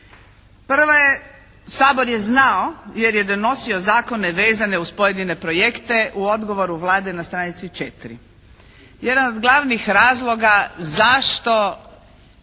Prva je Sabor je znao jer je donosio zakone vezane uz pojedine projekte u odgovoru Vlade na stranici 4. Jedan od glavnih razloga zašto